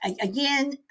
again